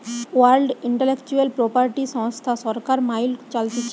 world intellectual property সংস্থা সরকার মাইল চলতিছে